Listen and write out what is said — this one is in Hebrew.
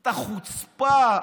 את החוצפה,